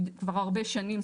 כבר הרבה שנים.